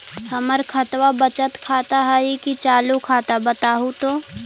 हमर खतबा बचत खाता हइ कि चालु खाता, बताहु तो?